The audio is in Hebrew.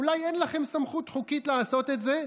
אולי אין לכם סמכות חוקית לעשות את זה.